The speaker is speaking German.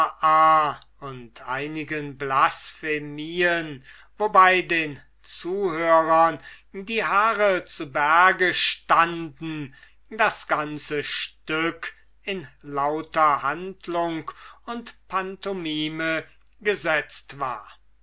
und einigen blasphemien wobei den zuhörern die haare zu berge standen das ganze stück in lauter action und pantomime gesetzt war